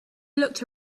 looked